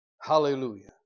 Hallelujah